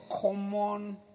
common